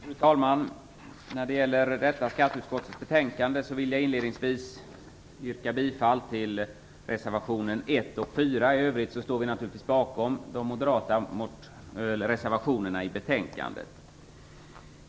Fru talman! När det gäller detta betänkande från skatteutskottet vill jag inledningsvis yrka bifall till reservation 1 och 4. Vi står naturligtvis bakom de övriga moderata reservationerna som är fogade till betänkandet.